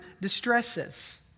distresses